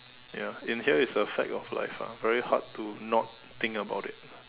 ya in here is a fact of life lah a very hard to not think about it